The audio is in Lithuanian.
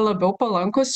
labiau palankūs